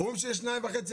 אומרים שיש 2.5%,